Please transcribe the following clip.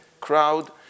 crowd